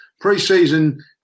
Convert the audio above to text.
Pre-season